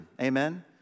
Amen